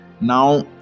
now